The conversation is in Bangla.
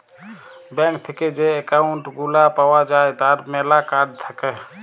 ব্যাঙ্ক থেক্যে যে একউন্ট গুলা পাওয়া যায় তার ম্যালা কার্ড থাক্যে